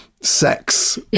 sex